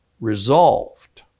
resolved